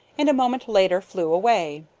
and a moment later flew away.